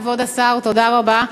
כבוד השר, תודה רבה.